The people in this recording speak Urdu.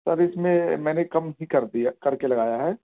سر اس میں میں نے کم ہی کر دیا کر کے لگایا ہے